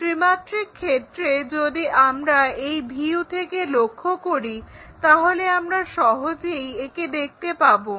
ত্রিমাত্রিক ক্ষেত্রে যদি আমরা এই ভিউ থেকে লক্ষ্য করি তাহলে আমরা সহজেই একে দেখতে পাবো